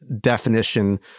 definition